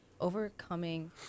overcoming